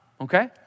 Okay